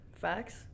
Facts